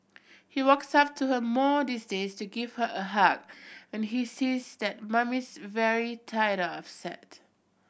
he walks up to her more these days to give her a hug when he sees that Mummy's very tired upset